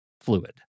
fluid